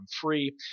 free